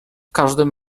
każdym